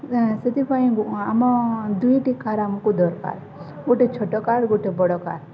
ସେଥିପାଇଁ ଆମ ଦୁଇଟି କାର୍ ଆମକୁ ଦରକାର ଗୋଟେ ଛୋଟ କାର୍ ଗୋଟେ ବଡ଼ କାର୍